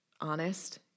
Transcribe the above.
honest